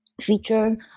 feature